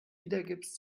wiedergibst